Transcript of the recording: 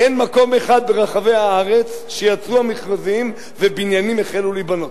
אין מקום אחד ברחבי הארץ שיצאו המכרזים ובניינים החלו להיבנות,